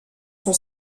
son